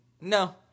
No